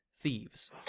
thieves